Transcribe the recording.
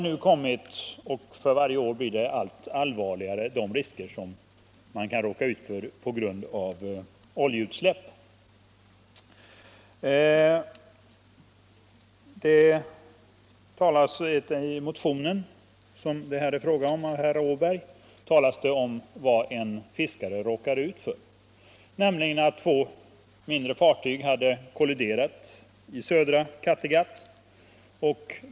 Nu har de risker tillkommit som man kan råka ut för på grund av oljeutsläpp - och de blir för varje år allt allvarligare. Det talas i den här aktuella motionen av herr Åberg om vad en fiskare råkat ut för. Två mindre fartyg hade kolliderat i södra Kattegatt.